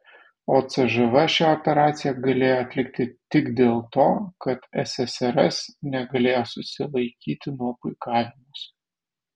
o cžv šią operaciją galėjo atlikti tik dėl to kad ssrs negalėjo susilaikyti nuo puikavimosi